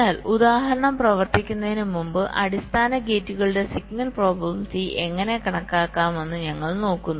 എന്നാൽ ഉദാഹരണം പ്രവർത്തിക്കുന്നതിന് മുമ്പ് അടിസ്ഥാന ഗേറ്റുകളുടെ സിഗ്നൽ പ്രോബബിലിറ്റി എങ്ങനെ കണക്കാക്കാമെന്ന് ഞങ്ങൾ നോക്കുന്നു